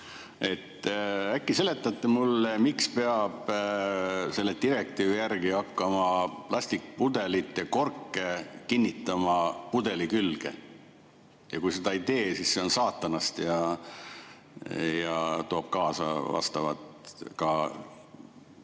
Äkki seletate mulle, miks peab selle direktiivi järgi hakkama plastikpudelite korke kinnitama pudeli külge ja kui seda ei tee, siis on see saatanast ja toob kaasa sanktsioonid?